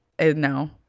No